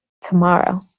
tomorrow